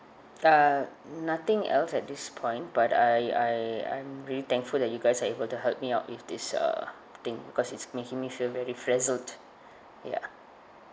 uh nothing else at this point but I I I'm really thankful that you guys are able to help me out with this uh thing because it's making me feel very frazzled ya